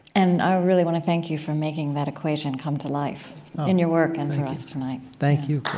and i really want to thank you for making that equation come to life in your work and for us tonight thank you,